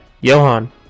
Johan